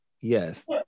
yes